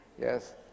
Yes